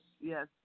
yes